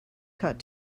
cut